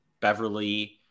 Beverly